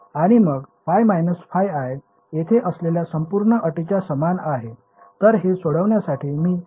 आणि मग ϕ ϕi येथे असलेल्या संपूर्ण अटींच्या समान आहे